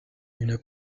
une